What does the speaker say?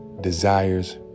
desires